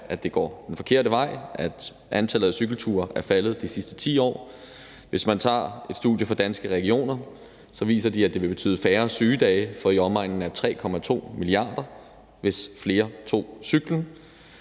at det går den forkerte vej; at antallet af cykelture er faldet de sidste 10 år. Hvis man tager et studie fra Danske Regioner, viser det, at det ville betyde færre sygedage for i omegnen af 3,2 mia. kr., hvis flere tog cyklen.